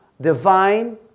divine